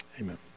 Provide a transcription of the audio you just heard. Amen